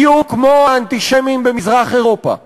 בדיוק כמו האנטישמים במזרח-אירופה,